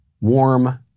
Warm